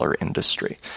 industry